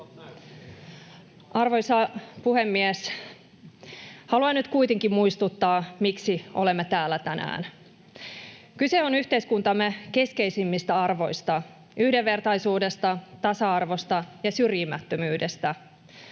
Arvoisa puhemies! Haluan nyt kuitenkin muistuttaa, miksi olemme täällä tänään. Kyse on yhteiskuntamme keskeisimmistä arvoista: yhdenvertaisuudesta, tasa-arvosta ja syrjimättömyydestä.